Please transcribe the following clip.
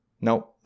No